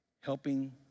helping